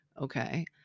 okay